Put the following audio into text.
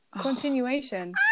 Continuation